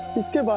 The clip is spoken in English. mr. but